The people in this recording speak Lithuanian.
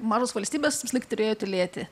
mažos valstybės lyg turėjo tylėti